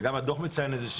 וגם הדוח מציין את זה,